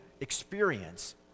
experience